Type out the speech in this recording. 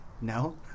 No